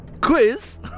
quiz